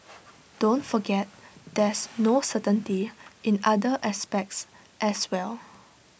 don't forget there's no certainty in other aspects as well